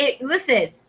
Listen